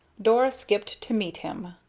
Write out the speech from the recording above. dora skipped to meet him,